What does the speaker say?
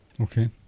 Okay